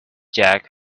jack